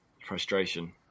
frustration